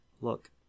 look